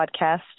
podcast